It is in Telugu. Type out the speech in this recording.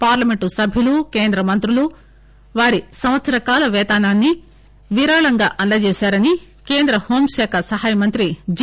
పార్లమెంట్ సభ్యులు కేంద్ర మంత్రులు వారి సంవత్సర కాల పేతనాన్ని విరాళంగా అందజేశారని కేంద్ర హోంశాఖ సహాయమంత్రి జి